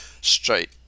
straight